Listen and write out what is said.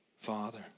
father